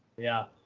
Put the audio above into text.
yeah.